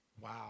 Wow